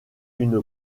une